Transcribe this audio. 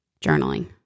journaling